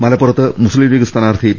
മലപ്പുറത്ത് മുസ്തീം ലീഗ് സ്ഥാനാർത്ഥി പി